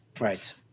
right